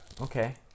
Okay